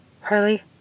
Harley